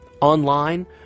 online